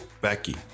Becky